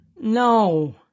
No